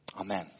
Amen